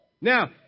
Now